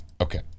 Okay